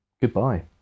goodbye